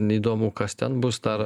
neįdomu kas ten bus dar